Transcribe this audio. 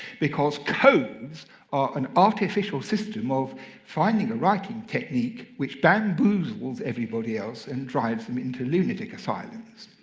because codes are an artificial system of finding a writing technique which bamboozles everybody else and drives them into lunatic asylums.